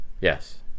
Yes